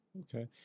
okay